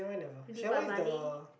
Deepavali